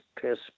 piss